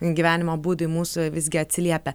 gyvenimo būdui mūsų visgi atsiliepia